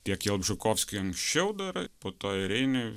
tiek jalbžykovskį anksčiau dar po to ir reinį